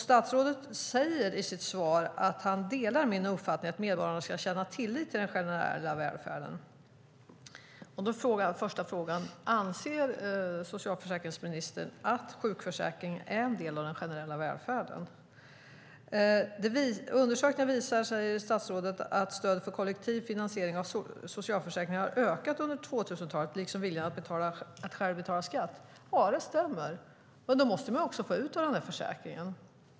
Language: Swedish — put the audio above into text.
Statsrådet säger i sitt svar att han delar min uppfattning "att medborgarna ska känna tillit till den generella välfärden". Då är min första fråga: Anser socialförsäkringsministern att sjukförsäkringen är en del av den generella välfärden? "Undersökningar visar", säger statsrådet, "att stödet för kollektiv finansiering av socialförsäkringarna har ökat under 2000-talet, liksom viljan att själv betala skatt." Ja, det stämmer. Men då måste man också få ut något av försäkringen.